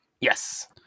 yes